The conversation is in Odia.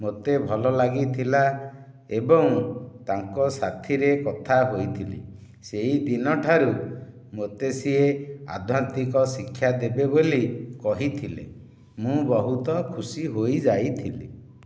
ମୋତେ ଭଲ ଲାଗିଥିଲା ଏବଂ ତାଙ୍କ ସାଥିରେ କଥା ହୋଇଥିଲି ସେହିଦିନଠାରୁ ମୋତେ ସିଏ ଆଧ୍ୟାତ୍ମିକ ଶିକ୍ଷା ଦେବେ ବୋଲି କହିଥିଲେ ମୁଁ ବହୁତ ଖୁସି ହୋଇଯାଇଥିଲି